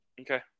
Okay